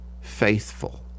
faithful